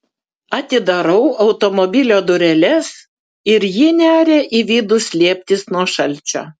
atidarau automobilio dureles ir ji neria į vidų slėptis nuo šalčio